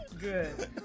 Good